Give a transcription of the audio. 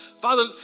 Father